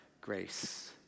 grace